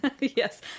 yes